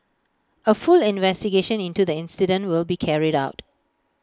A full investigation into the incident will be carried out